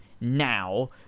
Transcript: now